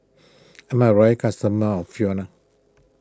I'm a royal customer of Fiona